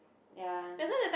ya